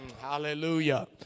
Hallelujah